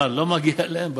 מה, לא מגיע להם,